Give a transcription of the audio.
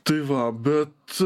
tai va bet